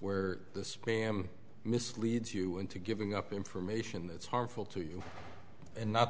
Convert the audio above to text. where the spam misleads you into giving up information that's harmful to you and not